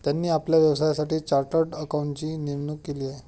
त्यांनी आपल्या व्यवसायासाठी चार्टर्ड अकाउंटंटची नेमणूक केली आहे